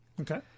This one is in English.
Okay